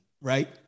right